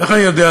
איך אני יודע,